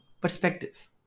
perspectives